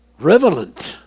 revelant